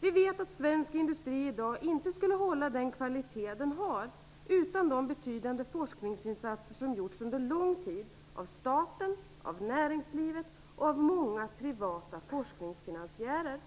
Vi vet att svensk industri i dag inte skulle hålla den kvalitet den gör utan de betydande forskningsinsatser som gjorts under lång tid av staten, näringslivet och många privata forskningsfinansiärer.